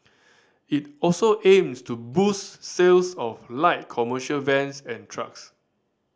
it also aims to boost sales of light commercial vans and trucks